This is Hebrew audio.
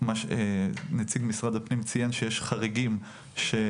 מה שנציגי משרד הפנים ציין שיש חריגים שלמעשה